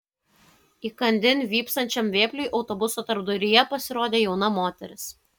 įkandin vypsančiam vėpliui autobuso tarpduryje pasirodė jauna moteris